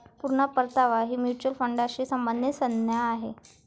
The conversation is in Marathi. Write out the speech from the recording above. पूर्ण परतावा ही म्युच्युअल फंडाशी संबंधित संज्ञा आहे